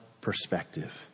perspective